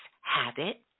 habit